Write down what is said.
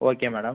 okay madam